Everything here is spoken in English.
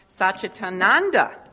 Satchitananda